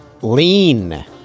lean